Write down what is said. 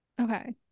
okay